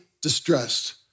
distressed